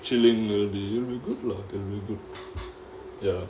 feeling good lah ya